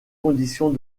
conditions